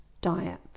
diet